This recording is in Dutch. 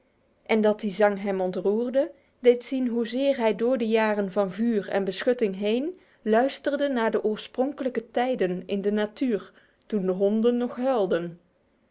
en dat die zang hem ontroerde deed zien hoezeer hij door de jaren van vuur en beschutting heen luisterde naar de oorspronkelijke tijden in de natuur toen de honden nog huilden